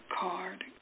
card